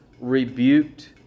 rebuked